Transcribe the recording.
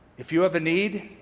if you have a need,